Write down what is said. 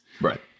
Right